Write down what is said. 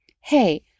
Hey